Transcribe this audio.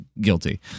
guilty